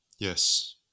Yes